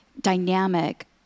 dynamic